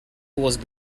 was